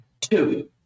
two